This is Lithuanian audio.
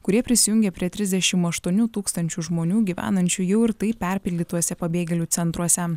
kurie prisijungė prie trisdešimt aštuonių tūkstančių žmonių gyvenančių jau ir taip perpildytuose pabėgėlių centruose